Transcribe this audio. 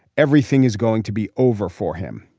everything is going to be over for him.